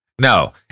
no